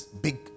big